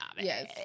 yes